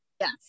Yes